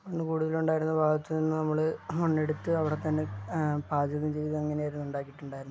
മണ്ണ് കൂടുതലുണ്ടായിരുന്ന ഭാഗത്ത് നിന്ന് നമ്മള് മണ്ണെടുത്ത് അവിടെത്തന്നെ പാചകം ചെയ്ത് അങ്ങനെയായിരുന്നു ഉണ്ടാക്കിയിട്ടുണ്ടായിരുന്നത്